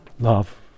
Love